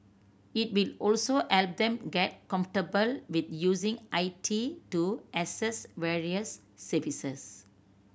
it will also help them get comfortable with using I T to access various services